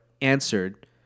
answered